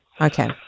Okay